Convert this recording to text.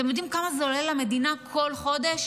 אתם יודעים כמה זה עולה למדינה כל חודש?